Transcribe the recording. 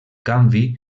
canvi